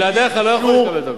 בלעדיך לא יוכלו לקבל את הצו.